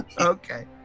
okay